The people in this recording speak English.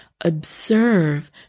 observe